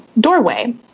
doorway